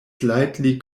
slightly